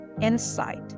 insight